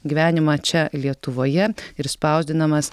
gyvenimą čia lietuvoje ir spausdinamas